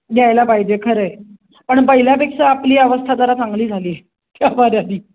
द्यायला पाहिजे खरं आहे पण पहिल्यापेक्षा आपली अवस्था जरा चांगली झाली आहे